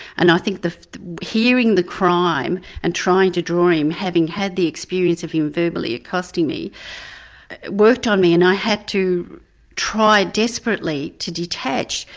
and i think hearing the crime and trying to draw him, having had the experience of him verbally accosting me, it worked on me, and i had to try desperately to detach.